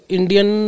Indian